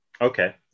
okay